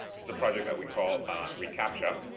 this is the project that we called recaptcha,